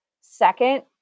Second